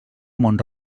mont